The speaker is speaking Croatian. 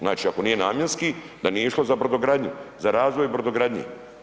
Znači ako nije namjenski, da nije išlo za brodogradnju, za razvoj brodogradnje.